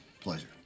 Pleasure